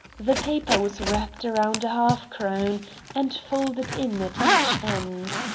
the paper was wrapped around a half-crown and folded in at each end.